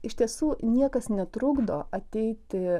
iš tiesų niekas netrukdo ateiti